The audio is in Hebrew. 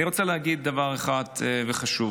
אני רוצה להגיד דבר אחד חשוב: